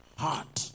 heart